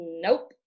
Nope